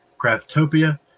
Craftopia